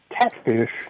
catfish